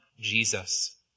Jesus